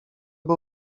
był